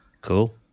Cool